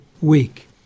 week